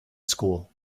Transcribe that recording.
school